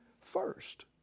first